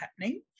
happening